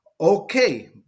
okay